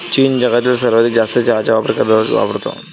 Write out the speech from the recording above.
चीन जगातील सर्वाधिक जास्त चहाचा वापर दररोज वापरतो